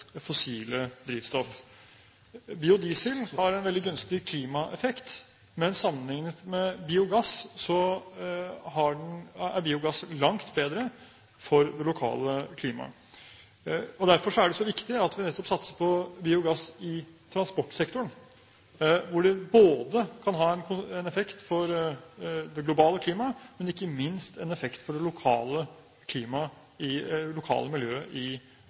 fossile drivstoff. Biodiesel har en veldig gunstig klimaeffekt, men sammenlignet med biogass er biogass langt bedre for det lokale klimaet. Derfor er det så viktig at vi nettopp satser på biogass i transportsektoren, hvor det både kan ha en effekt for det globale klimaet og – ikke minst – en effekt for det lokale miljøet i